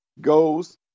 goes